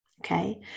okay